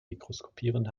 mikroskopieren